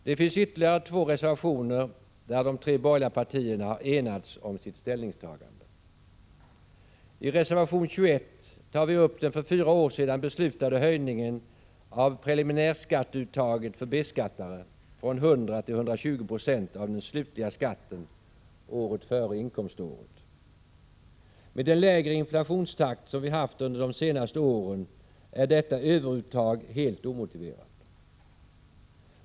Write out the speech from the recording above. Det finns ytterligare två reservationer, där de tre borgerliga partierna har enats om ett ställningstagande. I reservation 21 tar vi reservanter upp frågan om den för fyra år sedan beslutade höjningen av preliminärskatteuttaget för B-skattare från 100 till 120 Z av den slutliga skatten året före inkomståret. Med den lägre inflationstakt som vi har haft under de senaste åren är detta överuttag helt omotiverat.